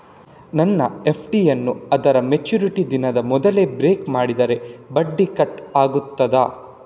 ನನ್ನ ಎಫ್.ಡಿ ಯನ್ನೂ ಅದರ ಮೆಚುರಿಟಿ ದಿನದ ಮೊದಲೇ ಬ್ರೇಕ್ ಮಾಡಿದರೆ ಬಡ್ಡಿ ಕಟ್ ಆಗ್ತದಾ?